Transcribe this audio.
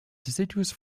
deciduous